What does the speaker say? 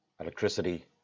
electricity